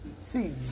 See